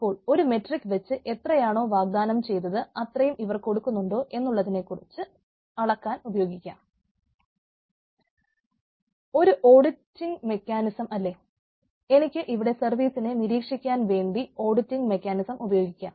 അപ്പോൾ ഒരു മെട്രിക് വെച്ചിട്ട് എത്രയാണോ വാഗ്ദാനം ചെയ്തത് അത്രയും ഇവർ കൊടുക്കുന്നുണ്ടോ എന്നുള്ളതിനെ അളക്കാൻ ഉപയോഗിക്കാം